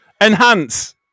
Enhance